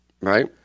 Right